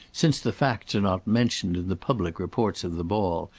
since the facts are not mentioned in the public reports of the ball,